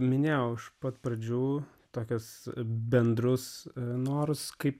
minėjau iš pat pradžių tokius bendrus nors kaip